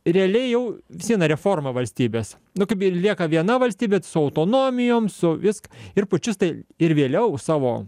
realiai jau vis viena reforma valstybės nu kaip ir lieka viena valstybė su autonomijom su visk ir pučistai ir vėliau savo